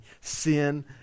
sin